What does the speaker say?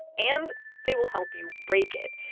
and they will help you break it.